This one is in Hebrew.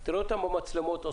יש להם תעוזה.